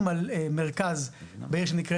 מרכז בעיר שנקראת